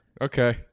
Okay